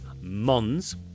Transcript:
Mons